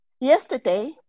yesterday